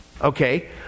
Okay